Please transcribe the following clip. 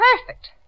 perfect